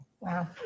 Wow